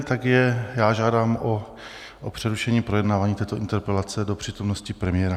Tak já žádám o přerušení projednávání této interpelace do přítomnosti premiéra.